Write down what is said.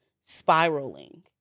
spiraling